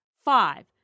Five